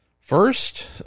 First